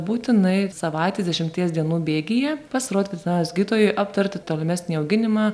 būtinai savaitės dešimties dienų bėgyje pasirodyt veterinarijos gydytojui aptarti tolimesnį auginimą